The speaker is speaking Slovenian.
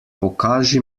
pokaži